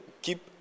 Keep